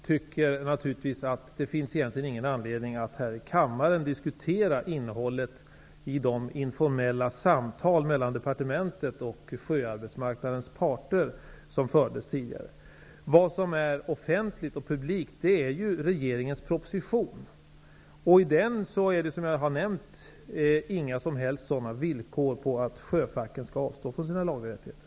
Herr talman! Jag tycker att det egentligen inte finns någon anledning att här i kammaren diskutera innehållet i de informella samtal mellan departementet och sjöarbetsmarknadens parter som tidigare förts. Vad som är offentligt och publikt är ju regeringens proposition. I den finns, som jag har nämnt, inga som helst villkor att sjöfacken skall avstå från sina lagliga rättigheter.